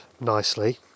nicely